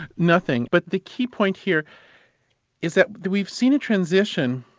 nothing. but the key point here is that we've seen a transition